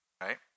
right